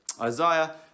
Isaiah